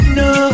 no